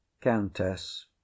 Countess